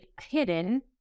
hidden